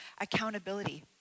accountability